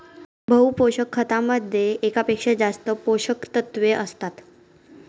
बहु पोषक खतामध्ये एकापेक्षा जास्त पोषकतत्वे असतात